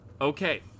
Okay